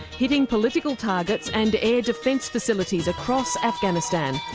hitting political targets and air defence facilities across afghanistan.